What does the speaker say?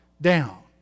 down